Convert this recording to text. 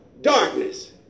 darkness